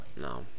No